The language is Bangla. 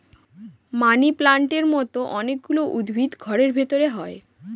মানি প্লান্টের মতো অনেক গুলো উদ্ভিদ ঘরের ভেতরে হয়